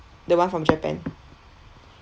the one from japan